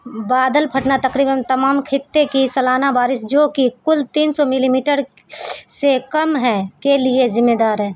بادل پھٹنا تقریباً تمام خطے کی سالانہ بارش جو کہ کل تین سو ملی میٹر سے کم ہے کے لیے ذمہ دار ہے